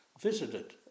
visited